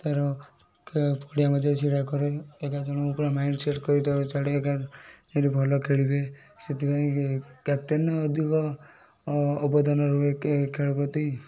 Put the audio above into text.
ତା'ର ଖେ ପଡିଆ ମଧ୍ୟରେ ଛିଡାକରେ ଏଗାର ଜଣଙ୍କ ପୁରା ମାଇଣ୍ଡସେଟ୍ କରିକି ଛାଡ଼େ ଏଗାର ଯେମିତି ଭଲ ଖେଳିବେ ସେଥିପାଇଁ କ୍ୟାପଟେନ୍ ଅଧିକ ଅବଦାନ ରୁହେ କେ ଖେଳ ପ୍ରତି